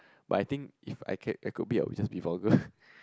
but I think if I can I could be I just be a power girl